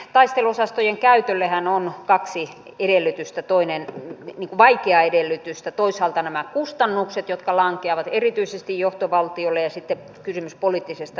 taisteluosastojen käytöllehän on kaksi vaikeaa edellytystä toisaalta nämä kustannukset jotka lankeavat erityisesti johtovaltiolle ja sitten kysymys poliittisesta yhteisymmärryksestä